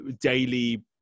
daily